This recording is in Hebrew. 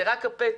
זה רק הפתח.